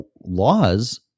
laws